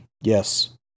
Yes